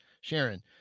Sharon